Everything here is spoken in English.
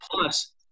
Plus